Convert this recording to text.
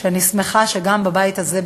ואני שמחה שגם בבית הזה,